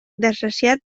desgraciat